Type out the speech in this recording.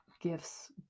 gifts